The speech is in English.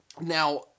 now